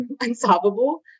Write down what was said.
unsolvable